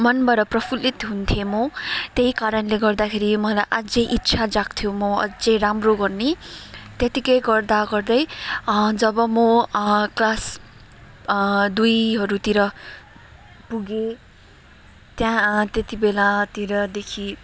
मनबाट प्रफुल्लित हुन्थेँ म त्यसैकारणले गर्दाखेरि मलाई अझै इच्छा जाग्थ्यो म अझै राम्रो गर्ने त्यतिकै गर्दा गर्दै जब म क्लास दुईहरूतिर पुगेँ त्यहाँ त्यति बेलातिरदेखि